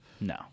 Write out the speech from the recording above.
No